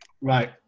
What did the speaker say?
Right